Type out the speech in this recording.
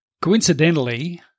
Coincidentally